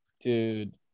Dude